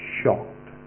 shocked